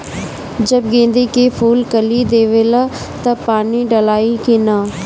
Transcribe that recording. जब गेंदे के फुल कली देवेला तब पानी डालाई कि न?